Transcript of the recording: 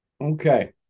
Okay